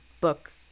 book